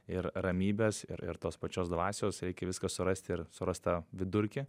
ir ramybės ir ir tos pačios dvasios reikia viską surast ir surast tą vidurkį